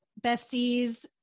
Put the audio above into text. besties